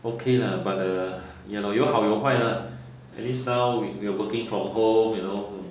okay lah but the ya lor 有好有坏 lah at least now we we are working from home you know